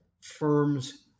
firms